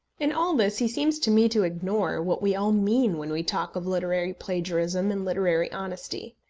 in all this he seems to me to ignore what we all mean when we talk of literary plagiarism and literary honesty.